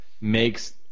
makes